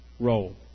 Role